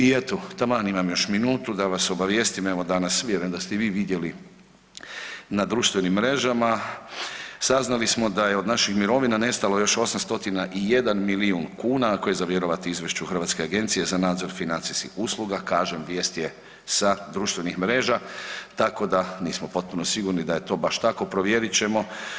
I eto taman imam još minutu da vas obavijestim, evo danas vjerujem da ste i vi vidjeli na društvenim mrežama, saznali smo da je od naših mirovina nestalo još 801 milijun kuna ako je za vjerovati izvješću Hrvatske agencije za nadzor financijskih usluga, kažem vijest je sa društvenih mreža tako da nismo potpuno sigurni da je to baš tako, provjerit ćemo.